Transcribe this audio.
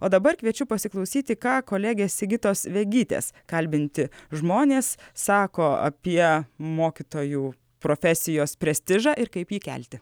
o dabar kviečiu pasiklausyti ką kolegė sigitos vegytės kalbinti žmonės sako apie mokytojų profesijos prestižą ir kaip jį kelti